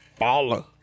baller